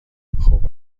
خوب